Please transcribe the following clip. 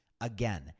Again